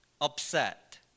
upset